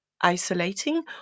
isolating